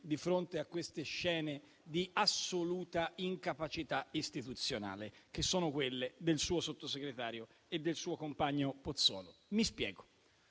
di fronte a scene di assoluta incapacità istituzionale come sono quelle del suo Sottosegretario e del suo compagno Pozzolo. Mi spiego: